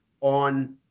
on